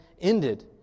ended